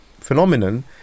phenomenon